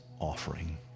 offering